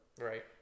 Right